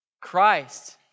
Christ